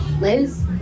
Liz